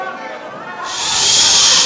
גזען מסית.